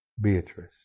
Beatrice